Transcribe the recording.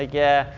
ah yeah.